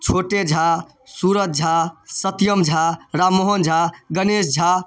छोटे झा सूरज झा सत्यम झा राम मोहन झा गणेश झा